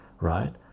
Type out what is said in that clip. right